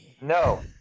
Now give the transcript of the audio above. No